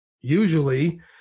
usually